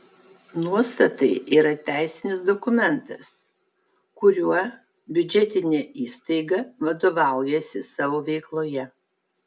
nuostatai yra teisinis dokumentas kuriuo biudžetinė įstaiga vadovaujasi savo veikloje